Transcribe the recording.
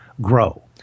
grow